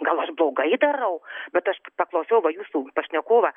gal aš blogai darau bet aš paklausiau va jūsų pašnekovą